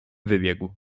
wybiegł